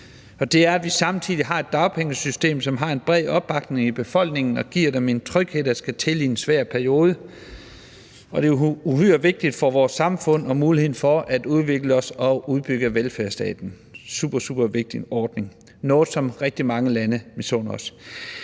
tider, og vi har samtidig et dagpengesystem, som har en bred opbakning i befolkningen og giver dem en tryghed, der skal til, i en svær periode. Det er uhyre vigtigt for vores samfund og muligheden for at udvikle os og udbygge velfærdsstaten. Det er en super, super vigtig ordning. Noget, som rigtig mange lande misunder